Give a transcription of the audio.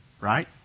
right